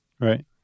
Right